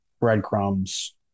breadcrumbs